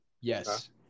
Yes